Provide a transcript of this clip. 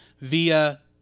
via